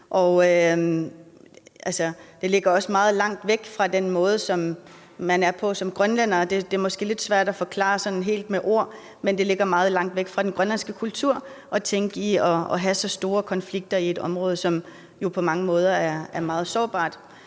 Det ligger også meget langt fra den måde, som man er på som grønlænder, og det er måske lidt svært helt at forklare det med ord. Men det ligger meget langt fra den grønlandske kultur at tænke på den måde og have så store konflikter i et område, som jo på mange måder er meget sårbart.